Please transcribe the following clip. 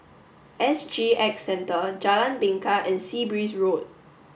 S G X Centre Jalan Bingka and Sea Breeze Road